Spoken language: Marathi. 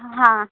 हां